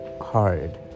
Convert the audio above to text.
hard